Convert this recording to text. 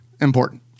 important